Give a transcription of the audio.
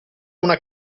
una